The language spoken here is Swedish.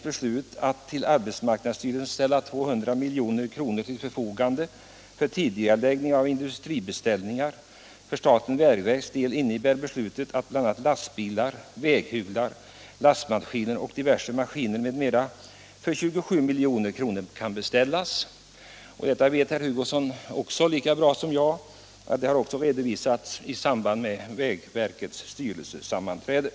Herr Hugosson vet lika bra som jag att detta också har redovisats 141 Vägverkets förråds vid vägverkets styrelsesammanträde.